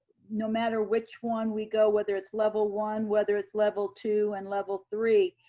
no matter which one we go, whether it's level one, whether it's level two and level three,